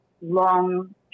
long